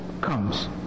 comes